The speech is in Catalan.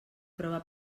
prova